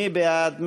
מי בעד?